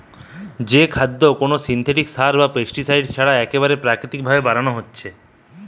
যেই খাদ্য কোনো সিনথেটিক সার বা পেস্টিসাইড ছাড়া একেবারে প্রাকৃতিক ভাবে বানানো হতিছে